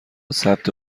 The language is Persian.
ثبت